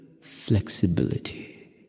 flexibility